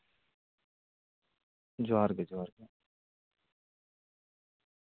ᱡᱚᱦᱟᱨᱜᱮ ᱡᱚᱦᱟᱨᱜᱮ